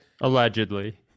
Allegedly